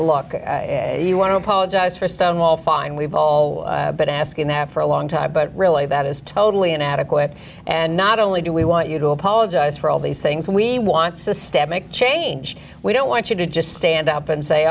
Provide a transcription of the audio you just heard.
look you want to apologize for stonewall fine we've all been asking that for a long time but really that is totally inadequate and not only do we want you to apologize for all these things we want systemic change we don't want you to just stand up and say